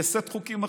סט חוקים אחר.